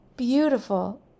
Beautiful